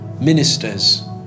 ministers